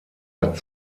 hat